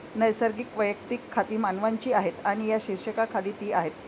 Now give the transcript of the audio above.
नैसर्गिक वैयक्तिक खाती मानवांची आहेत आणि या शीर्षकाखाली ती आहेत